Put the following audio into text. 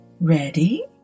Ready